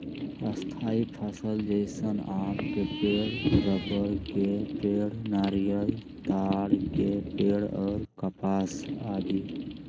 स्थायी फसल जैसन आम के पेड़, रबड़ के पेड़, नारियल, ताड़ के पेड़ और कपास आदि